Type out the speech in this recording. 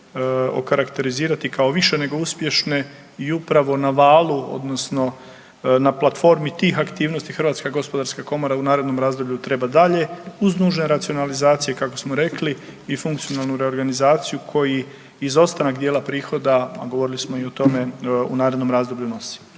se okarakterizirati kao više nego uspješne i upravo na valu odnosno na platformi tih aktivnosti HGK u narednom razdoblju treba dalje uz nužne racionalizacije kako smo rekli i funkcionalnu reorganizaciju koji izostanak dijela prihoda, a govorili smo i o tome u narednom razdoblju nosi.